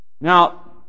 Now